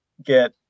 get